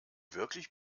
wirklich